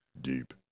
Deep